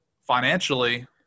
financially